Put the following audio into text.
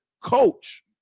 coach